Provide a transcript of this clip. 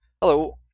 Hello